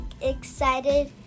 excited